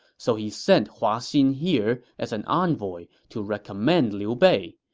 so he sent hua xin here as an envoy to recommend liu bei.